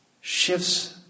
shifts